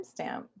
timestamp